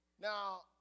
Now